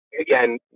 Again